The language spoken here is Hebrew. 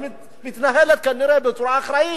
היא מתנהלת כנראה בצורה אחראית.